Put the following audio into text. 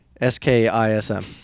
S-K-I-S-M